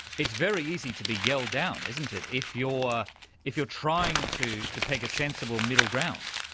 it's very easy to be yelled down, isn't it, if you're if you're trying to to peg a sensible middle ground.